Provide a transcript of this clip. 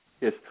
Yes